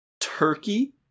Turkey